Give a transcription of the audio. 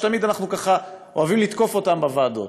שתמיד אנחנו אוהבים לתקוף אותם בוועדות.